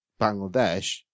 Bangladesh